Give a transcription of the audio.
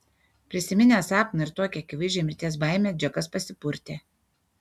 prisiminęs sapną ir tokią akivaizdžią mirties baimę džekas pasipurtė